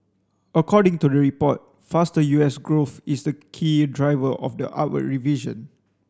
according to the report faster U S growth is the key driver of the upward revision